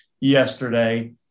yesterday